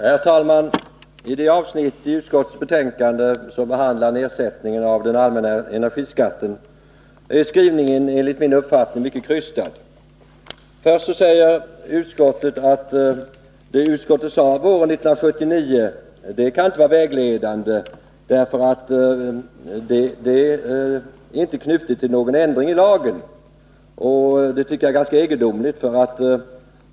Herr talman! I det avsnitt av utskottsbetänkandet som gäller nedsättningen av den allmänna energiskatten är skrivningen enligt min uppfattning mycket krystad. Till att börja med säger utskottet att det utskottet anförde våren 1979 inte kan vara vägledande, därför att det inte är knutet till någon ändring i lagen. Det tycker jag är egendomligt.